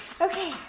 okay